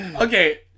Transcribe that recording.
okay